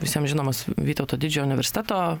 visiem žinomas vytauto didžiojo universiteto